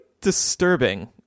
disturbing